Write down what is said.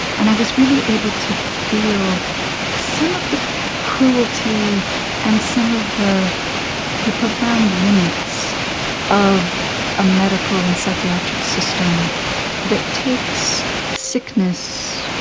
and i was really able to feel some of the cruelty and some of the the profound limits of a medical and psychiatric system that takes sickness,